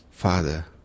Father